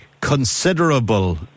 considerable